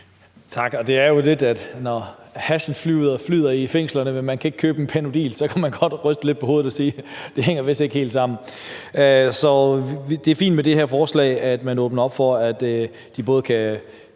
Lars Boje Mathiesen (NB): Tak. Hashen flyder i fængslerne, men man kan ikke købe Panodil. Så man kan godt ryste lidt på hovedet og sige, at det vist ikke hænger helt sammen. Det er fint med det her forslag, altså at man åbner op for, at de både kan